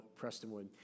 Prestonwood